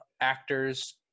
actors